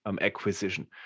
acquisition